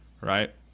right